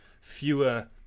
fewer